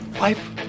life